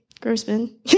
Grossman